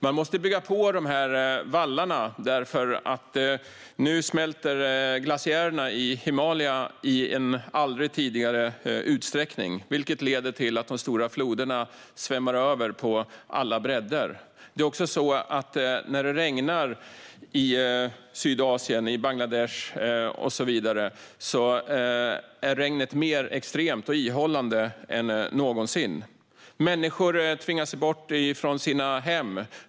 Man måste bygga på vallarna därför att nu smälter glaciärerna i Himalaya i en aldrig tidigare skådad utsträckning, vilket leder till att de stora floderna svämmar över på alla bredder. Det är också så att när det regnar i Sydasien, Bangladesh och så vidare, är regnet mer extremt och ihållande än någonsin. Människor tvingas bort från sina hem.